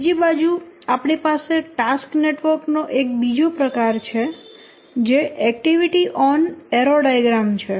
બીજી બાજુ આપણી પાસે ટાસ્ક નેટવર્ક નો એક બીજો પ્રકાર છે જે એક્ટિવિટી ઓન એરો ડાયાગ્રામ છે